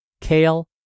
kale